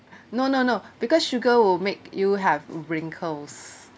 no no no because sugar will make you have wrinkles